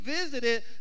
visited